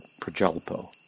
prajalpo